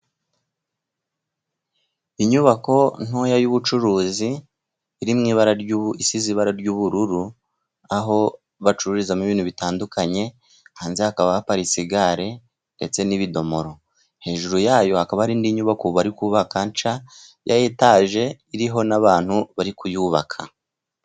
Inyubako ntoya y'ubucuruzi, isize ibara ry'ubururu, aho bacururizamo ibintu bitandukanye, hanze hakaba haparitse igare, ndetse n'ibidomoro. Hejuru yayo hakaba ari indi nyubako bari kubaka nshya ya etaje, iriho n'abantu bari kuyubaka.